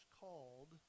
called